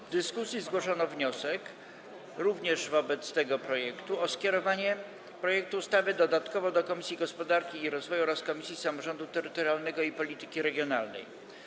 W dyskusji zgłoszono - również wobec tego projektu - wniosek o skierowanie projektu ustawy dodatkowo do Komisji Gospodarki i Rozwoju oraz Komisji Samorządu Terytorialnego i Polityki Regionalnej.